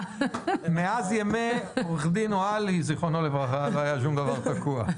מאז ימי עורך דין אוהלי זיכרונו לברכה שום דבר לא היה תקוע.